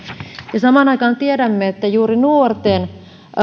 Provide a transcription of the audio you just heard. samaan aikaan tiedämme että juuri nuorten